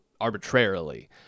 arbitrarily